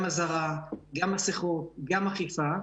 גם אזהרה, גם מסכות, גם אכיפה.